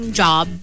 job